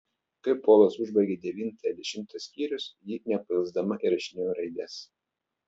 kai polas užbaigė devintą ir dešimtą skyrius ji nepailsdama įrašinėjo raides